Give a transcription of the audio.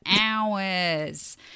hours